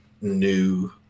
new